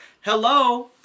hello